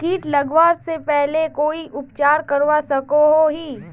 किट लगवा से पहले कोई उपचार करवा सकोहो ही?